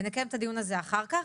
ונקיים את הדיון הזה אחר כך,